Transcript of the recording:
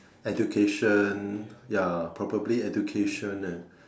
education ya probably education and